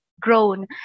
grown